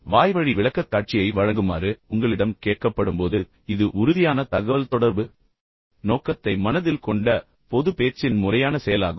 வாய்வழி விளக்கக்காட்சியை வழங்குமாறு உங்களிடம் கேட்கப்படும்போது இது உறுதியான தகவல்தொடர்பு நோக்கத்தை மனதில் கொண்ட பொதுப் பேச்சின் முறையான செயலாகும்